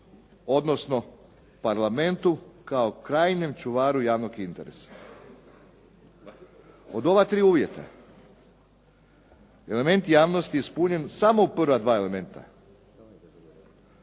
odnosno Parlamentu kao krajnjem čuvaru javnog interesa. Od ova tri uvjeta, element javnosti je ispunjen samo u prva dva elementa